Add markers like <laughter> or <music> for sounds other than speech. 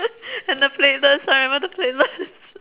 <noise> and the platelets I remember the platelets